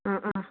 ꯑꯥ ꯑꯥ